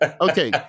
Okay